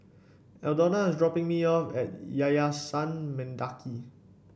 Aldona is dropping me off at Yayasan Mendaki